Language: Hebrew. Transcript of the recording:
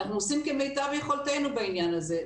אנחנו עושים כמיטב יכולתנו בעניין הזה.